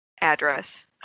Address